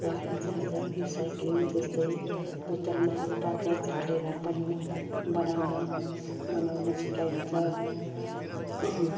र हिजोआज रिसाइक्लिङ जस्तै बोतलमा कागज हालेर पनि बनाउन सिक् बनाउन सिकाइन्छ